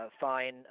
fine